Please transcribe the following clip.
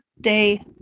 day